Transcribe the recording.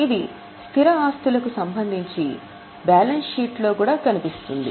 ఇది స్థిర ఆస్తులకు సంబంధించి బ్యాలెన్స్ షీట్లో కూడా కనిపిస్తుంది